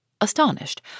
astonished